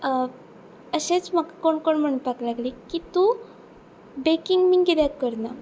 अशेंच म्हाका कोण कोण म्हणपाक लागली की तूं बेकिंग बी कित्याक करना